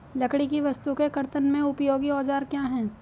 लकड़ी की वस्तु के कर्तन में उपयोगी औजार क्या हैं?